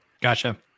Gotcha